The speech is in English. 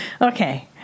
Okay